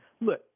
look